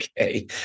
Okay